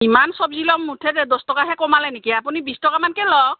ইমান চব্জি ল'ম মুঠতে দচ টকাহে কমালে নেকি আপুনি বিছ টকা মানকৈ লওক